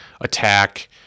attack